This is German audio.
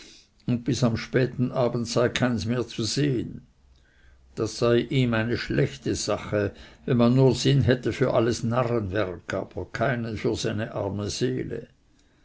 und bis am späten abend sei keins mehr zu sehen das sei ihm eine schlechte sache wenn man nur sinn hatte für alles narrenwerk aber keinen für seine arme seele